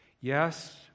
Yes